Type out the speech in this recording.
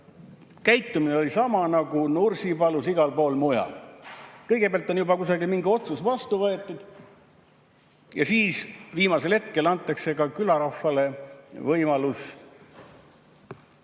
Käitumine oli sama nagu Nursipalus ja igal pool mujal – kõigepealt on juba kusagil mingi otsus vastu võetud ja siis, viimasel hetkel, antakse ka külarahvale võimalus